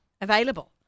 Available